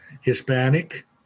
Hispanic